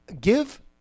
give